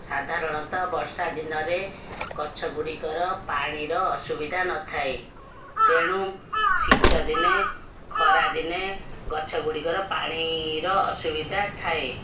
ସାଧାରଣତଃ ବର୍ଷା ଦିନରେ ଗଛ ଗୁଡ଼ିକର ପାଣିର ଅସୁବିଧା ନଥାଏ ତେଣୁ ଶୀତ ଦିନେ ଖରା ଦିନେ ଗଛ ଗୁଡ଼ିକର ପାଣିର ଅସୁବିଧା ଥାଏ